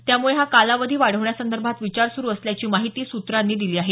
त्यामुळे हा कालावधी वाढवण्यासंदर्भात विचार सुरू असल्याची माहिती सूत्रांनी दिली आहे